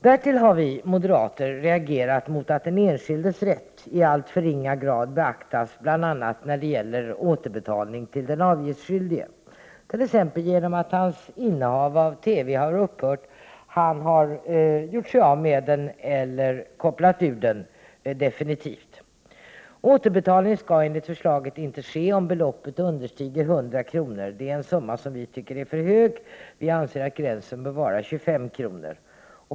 Därtill har vi moderater reagerat mot att den enskildes rätt i alltför ringa grad beaktas bl.a. när det gäller återbetalning till den avgiftsskyldige, t.ex. genom att hans innehav av TV har upphört och han har gjort sig av med den eller kopplat ur den definitivt. Återbetalning skall enligt förslaget inte ske om beloppet är under 100 kr. Det är en summa som vi moderater tycker är för hög. Gränsen bör vara 25 kr.